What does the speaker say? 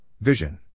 Vision